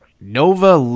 Nova